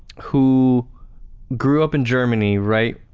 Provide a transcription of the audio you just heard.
who grew up in germany, right?